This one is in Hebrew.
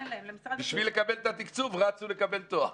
בשביל לקבל את התקצוב רצו לקבל תואר.